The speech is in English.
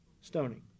stoning